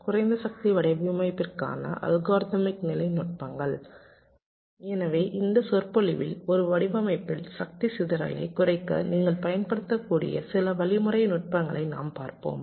குறைந்த சக்தி வடிவமைப்பிற்கான அல்காரிதமிக் நிலை நுட்பங்கள் எனவே இந்த சொற்பொழிவில் ஒரு வடிவமைப்பில் சக்தி சிதறலைக் குறைக்க நீங்கள் பயன்படுத்தக்கூடிய சில வழிமுறை நுட்பங்களை நாம் பார்ப்போம்